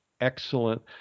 excellent